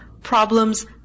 problems